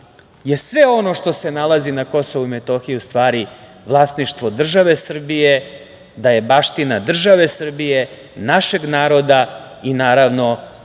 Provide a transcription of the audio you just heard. je sve ono što se nalazi na KiM u stvari vlasništvo države Srbije, da je baština države Srbije, našeg naroda i, naravno,